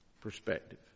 perspective